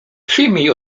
przyjmij